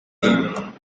him